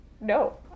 no